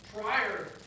prior